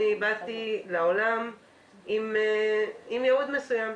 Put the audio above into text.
אני באתי לעולם עם ייעוד מסוים.